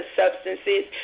substances